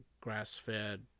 grass-fed